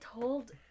told